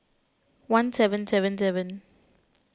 one seven seven seven